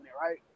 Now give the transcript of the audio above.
right